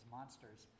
Monsters